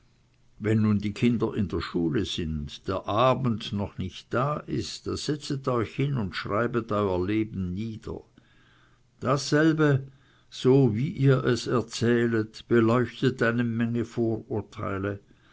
wenn nun die kinder in der schule sind der abend noch nicht da ist da setzet euch hin und schreibet euer leben nieder dasselbe so wie ihr es erzählet beleuchtet eine menge vorurteile